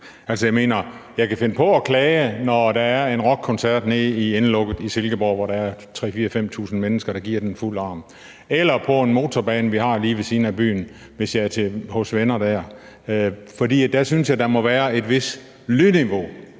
Altså, jeg kan finde på at klage, når der er en rockkoncert nede i Indelukket i Silkeborg, hvor der er 3-5.000 mennesker, der giver den for fulde drøn, eller når der er larm på en motorbane, vi har lige ved siden af byen, hvis jeg er hos venner dér. For jeg synes, der må være et vist lydniveau